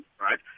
right